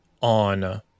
on